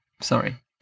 Sorry